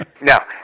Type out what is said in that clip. Now